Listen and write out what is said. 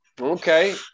Okay